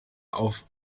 auf